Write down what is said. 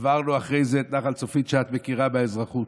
עברנו אחרי זה את נחל צפית, שאת מכירה מהאזרחות.